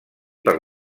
per